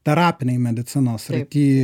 terapinėj medicinos srity